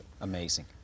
Amazing